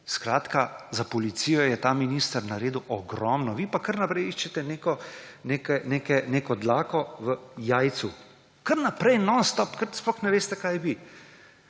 policija. Za policijo je ta minister naredil ogromno. Vi pa kar naprej iščete neko dlako v jajcu, kar naprej, nonstop, sploh ne veste, kaj bi.